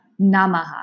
Namaha